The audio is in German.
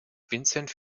vincent